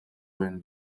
байна